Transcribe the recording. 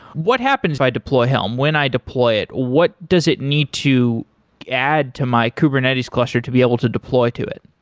what happens if i deploy helm? when i deploy it, what does it need to add to my kubernetes cluster to be able to deploy to it?